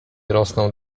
rosną